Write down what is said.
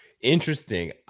Interesting